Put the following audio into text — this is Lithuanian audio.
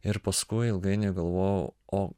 ir paskui ilgai negalvojau o